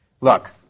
Look